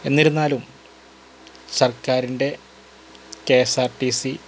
എന്നിരുന്നാലും സർക്കാരിൻ്റെ K S R T C